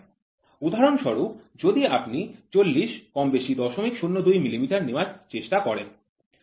উদাহরণস্বরূপ যদি আপনি ৪০ কমবেশি ০০২ মিলিমিটার নেওয়ার চেষ্টা করেন